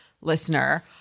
listener